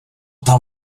tam